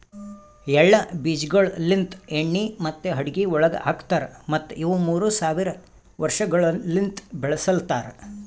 ಎಳ್ಳ ಬೀಜಗೊಳ್ ಲಿಂತ್ ಎಣ್ಣಿ ಮತ್ತ ಅಡುಗಿ ಒಳಗ್ ಹಾಕತಾರ್ ಮತ್ತ ಇವು ಮೂರ್ ಸಾವಿರ ವರ್ಷಗೊಳಲಿಂತ್ ಬೆಳುಸಲತಾರ್